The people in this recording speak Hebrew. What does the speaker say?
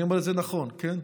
אני אומר את זה נכון, כן?